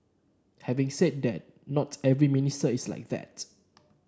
having said that not every minister is like that